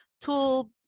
tool